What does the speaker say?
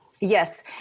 Yes